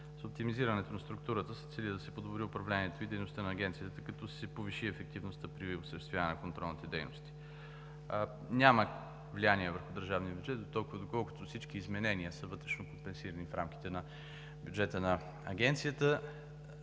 С оптимизирането на структурата се цели да се подобри управлението и дейността на Агенцията, като се повиши ефективността при осъществяване на контролните дейности. Няма влияние върху държавния бюджет дотолкова, доколкото всички изменения са вътрешно компенсирани в рамките на бюджета на Агенцията,